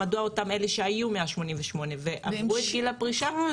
מדוע אותם אלה שהיו 188 ועברו את גיל הפרישה,